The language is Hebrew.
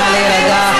נא להירגע,